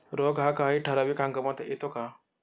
रोग हा काही ठराविक हंगामात येतो का?